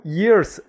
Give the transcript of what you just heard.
years